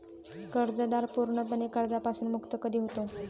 कर्जदार पूर्णपणे कर्जापासून मुक्त कधी होतो?